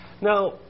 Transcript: Now